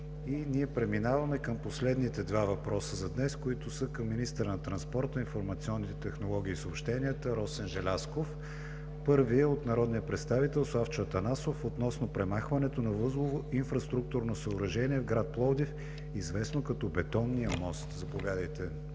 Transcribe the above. Преминаваме към последните два въпроса за днес, които са към министъра на транспорта, информационните технологии и съобщенията Росен Желязков. Първият е от народния представител Славчо Атанасов относно премахването на възлово инфраструктурно съоръжение в град Пловдив, известно като Бетонния мост. Заповядайте,